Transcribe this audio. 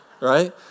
right